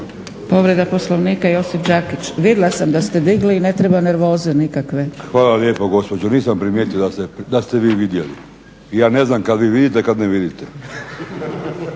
Povreda Poslovnika, Josip Đakić. Vidla sam da ste digli, ne treba nervoze nikakve. **Đakić, Josip (HDZ)** Hvala lijepo gospođo. Nisam primjetio da ste vi vidjeli. Ja ne znam kad vi vidite, kad ne vidite.